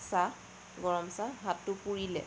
চাহ গৰম চাহ হাতটো পুৰিলে